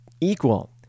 equal